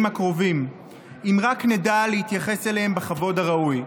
הקרובים אם רק נדע להתייחס אליהם בכבוד הראוי.